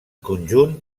conjunt